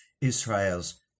Israel's